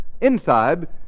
Inside